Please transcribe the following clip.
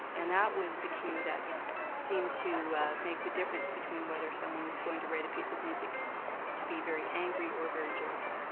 and that was the cue that seemed to make the difference between whether someone's going to rate a piece of music to be very angry or very joyful.